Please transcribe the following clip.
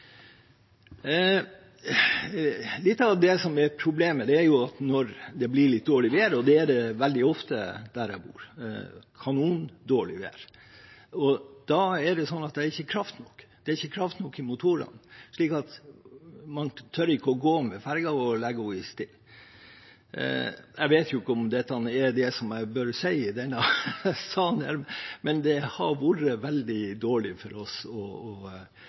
Litt av problemet er at når det blir litt dårlig vær – og det er det veldig ofte der jeg bor, kanondårlig vær – er det ikke kraft nok. Det er ikke kraft nok i motorene, så man tør ikke å gå med ferjen, men legger den i ro. Jeg vet ikke om dette er noe jeg bør si i denne salen, men det har vært veldig dårlig for oss å